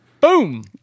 Boom